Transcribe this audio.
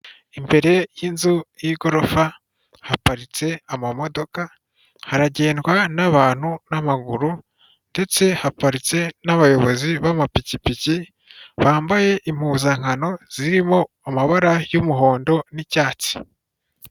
Imbere y'inzu y'igorofa haparitse amamodoka, haragendwa n'abantu n'amaguru ndetse haparitse n'abayobozi b'amapikipiki bambaye impuzankano zirimo amabara y'umuhondo n'icyatsi.